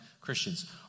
Christians